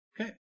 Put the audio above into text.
Okay